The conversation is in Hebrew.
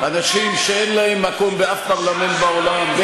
אנשים שאין להם מקום בשום פרלמנט בעולם.